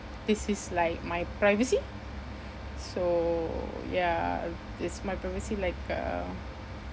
this is like my privacy so ya it's my privacy like uh